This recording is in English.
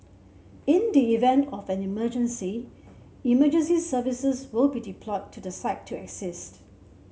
in the event of an emergency emergency services will be deployed to the site to assist